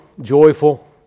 joyful